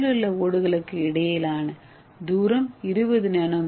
அருகிலுள்ள ஓடுகளுக்கு இடையிலான தூரம் 20 என்